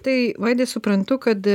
tai vaidai suprantu kad